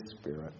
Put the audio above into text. Spirit